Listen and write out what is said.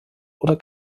oder